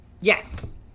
Yes